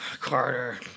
Carter